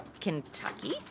Kentucky